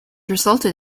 resulted